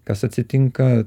kas atsitinka